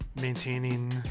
maintaining